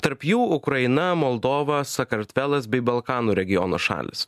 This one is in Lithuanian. tarp jų ukraina moldova sakartvelas bei balkanų regiono šalys